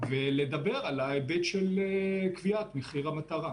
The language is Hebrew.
ולדבר על ההיבט של קביעת מחיר המטרה.